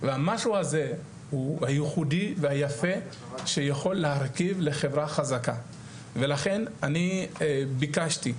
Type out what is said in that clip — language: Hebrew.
והמשהו הזה הוא הייחודי והיפה שיכול להרכיב לחברה חזקה ולכן אני ביקשתי,